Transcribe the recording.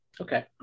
okay